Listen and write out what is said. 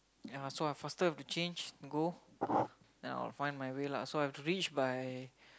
ya so I faster have to change go then I'll find my way lah so I have to reach by